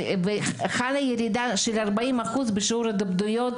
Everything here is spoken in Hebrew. ושחלה ירידה של 40% בשיעור ההתאבדויות